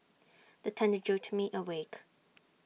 the thunder jolt me awake